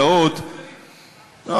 להזדהות, סליחה, אתה לא חייב לתת הסברים.